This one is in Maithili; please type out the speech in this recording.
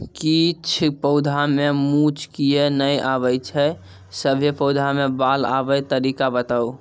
किछ पौधा मे मूँछ किये नै आबै छै, सभे पौधा मे बाल आबे तरीका बताऊ?